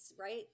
right